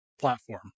platform